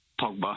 Pogba